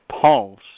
pulse